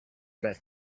met